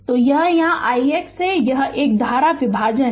तो यहाँ यह ix है यह एक धारा विभाजन है